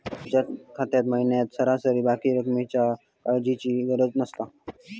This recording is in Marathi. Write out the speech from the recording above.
बचत खात्यात महिन्याक सरासरी बाकी रक्कमेच्या काळजीची गरज नसता